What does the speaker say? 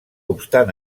obstant